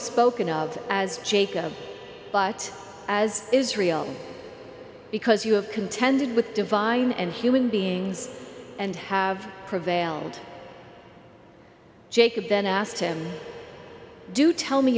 spoken of as jacob but as israel because you have contended with divine and human beings and have prevailed jacob then asked him do tell me